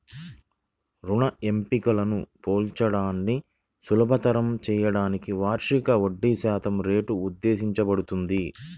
రుణ ఎంపికలను పోల్చడాన్ని సులభతరం చేయడానికి వార్షిక వడ్డీశాతం రేటు ఉద్దేశించబడింది